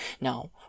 Now